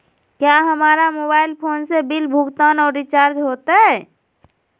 क्या हमारा mobile phone से बिल भुगतान और रिचार्ज होते?